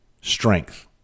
strength